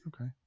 Okay